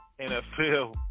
NFL